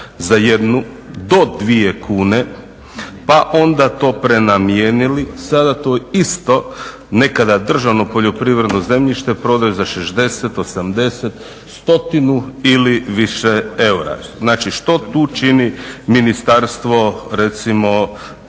za 1 do 2 kune pa onda to prenamijenili sada to isto nekada državno poljoprivredno zemljište prodaje za 60, 80, 100 ili više eura. Što tu čini recimo